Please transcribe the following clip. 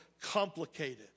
complicated